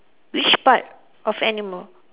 which part of animal